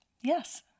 Yes